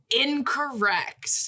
Incorrect